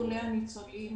הניצולים